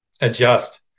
adjust